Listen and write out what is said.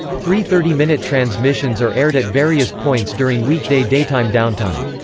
three thirty minute transmissions are aired at various points during weekday daytime downtime.